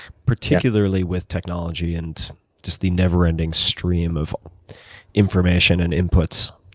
particularly with technology and just the never ending stream of information and inputs.